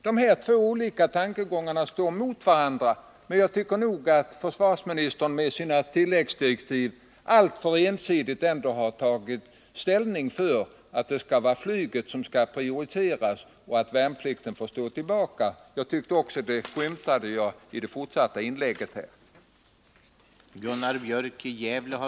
De här två olika tankegångarna står emot varandra, och jag tycker att försvarsministern genom sina tilläggsdirektiv alltför ensidigt har tagit ställning för att flyget skall prioriteras och värnplikten skall stå tillbaka. Detta skymtade även i hans anförande här.